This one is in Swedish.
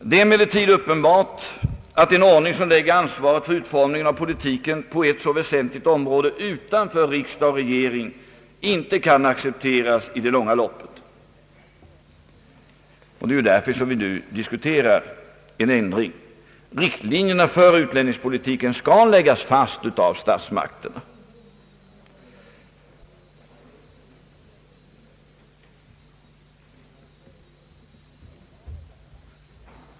Det är emellertid uppenbart att en ordning som lägger ansvaret för utformningen av politiken på ett så väsentligt område utanför riksdag och regering inte kan accepteras i det långa loppet. Det är ju därför som vi diskuterar en ändring. Riktlinjerna för utlänningspolitiken skall läggas fast av statsmakterna.